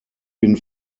bin